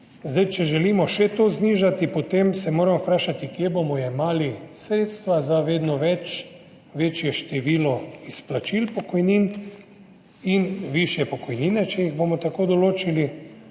Če želimo še to znižati, potem se moramo vprašati, kje bomo jemali sredstva za vedno večje število izplačil pokojnin in višje pokojnine, če jih bomo tako določili